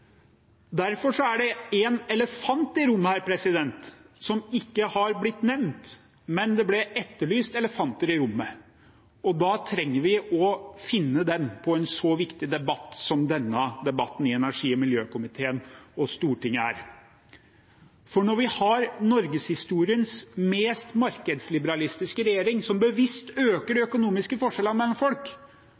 Derfor er det en elefant i dette rommet som ikke har blitt nevnt, men det ble etterlyst elefanter i rommet. Da trenger vi, i en så viktig debatt som denne debatten i energi- og miljøkomiteen på Stortinget er, å finne den. Når vi har norgeshistoriens mest markedsliberalistiske regjering, som bevisst øker de økonomiske forskjellene mellom folk,